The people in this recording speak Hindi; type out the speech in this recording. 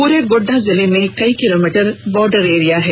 पूरे गुड्डा जिला में कई किलोमीटर बॉर्डर एरिया है